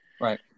Right